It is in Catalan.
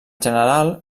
general